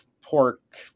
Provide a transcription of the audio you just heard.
pork